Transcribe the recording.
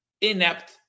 inept